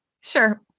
Sure